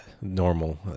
normal